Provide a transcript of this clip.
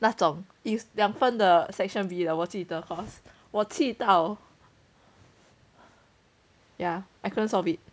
那种 is 两分 from the section B 的我记得 cause 我气到 yeah I couldn't solve it